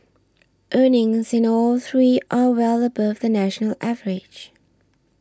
earnings in all three are well above the national average